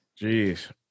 Jeez